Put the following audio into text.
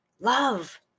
love